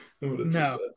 No